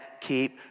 keep